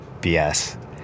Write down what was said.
BS